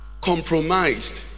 compromised